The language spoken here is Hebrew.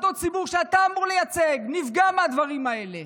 אותו ציבור שאתה אמור לייצג נפגע מהדברים האלה.